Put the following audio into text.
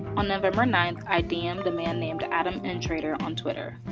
on november ninth, i dm-ed a man named adam n. trader on twitter.